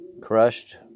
crushed